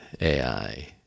AI